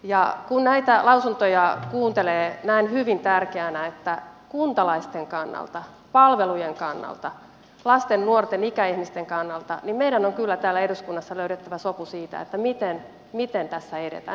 ja kun näitä lausuntoja kuuntelee näen hyvin tärkeänä että kuntalaisten kannalta palvelujen kannalta lasten nuorten ikäihmisten kannalta meidän on kyllä täällä eduskunnassa löydettävä sopu siitä miten tässä edetään